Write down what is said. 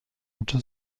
into